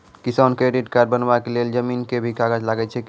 किसान credit card बनबा के लेल जमीन के भी कागज लागै छै कि?